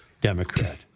Democrat